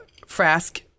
Frask